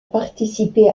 participé